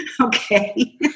okay